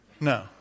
No